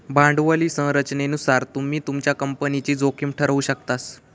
भांडवली संरचनेनुसार तुम्ही तुमच्या कंपनीची जोखीम ठरवु शकतास